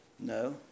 No